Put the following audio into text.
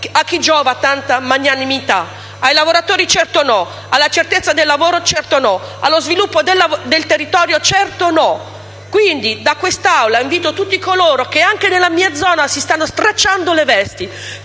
A chi giova tanta magnanimità? Ai lavoratori certo no! Alla certezza del lavoro certo no! Allo sviluppo del territorio certo no! Quindi da quest'Aula invito tutti coloro che anche nella mia zona si stanno stracciando le vesti